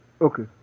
Okay